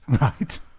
Right